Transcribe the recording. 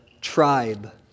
tribe